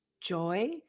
joy